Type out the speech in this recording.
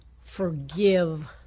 forgive